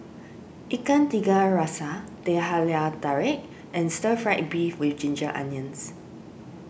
Ikan Tiga Rasa Teh Halia Tarik and Stir Fried Beef with Ginger Onions